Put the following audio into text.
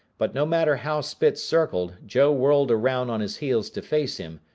but no matter how spitz circled, joe whirled around on his heels to face him,